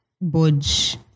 budge